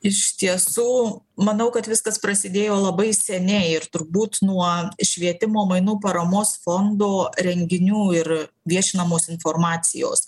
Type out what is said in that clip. iš tiesų manau kad viskas prasidėjo labai seniai ir turbūt nuo švietimo mainų paramos fondo renginių ir viešinamos informacijos